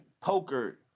poker